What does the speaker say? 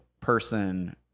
person